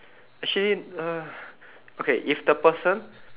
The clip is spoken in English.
actually ugh okay if the person